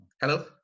Hello